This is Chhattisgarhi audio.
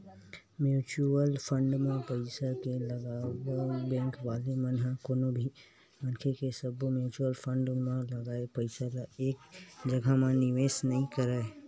म्युचुअल फंड म पइसा के लगावब म बेंक वाले मन ह कोनो भी मनखे के सब्बो म्युचुअल फंड म लगाए पइसा ल एक जघा म निवेस नइ करय